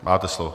Máte slovo.